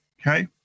Okay